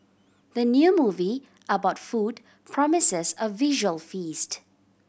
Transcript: the new movie about food promises a visual feast